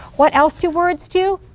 what else do words do?